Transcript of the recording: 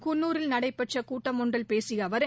குள்ளூரில் நடைபெற்ற கூட்டம் ஒன்றில் பேசிய அவர்